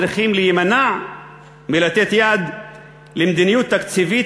צריכים להימנע מלתת יד למדיניות תקציבית